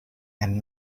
and